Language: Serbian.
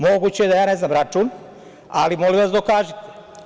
Moguće je da ne znam račun, ali molim vas to dokažite.